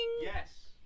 Yes